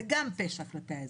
זה גם פשע כלפי האזרח.